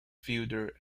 fielder